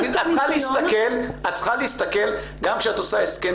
את צריכה להסתכל גם כשאת עושה הסכם